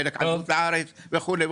חלק בחוץ לארץ וכולי,